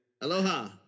Aloha